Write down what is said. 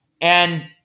and-